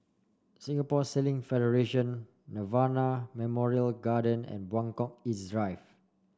Singapore Sailing Federation Nirvana Memorial Garden and Buangkok East Drive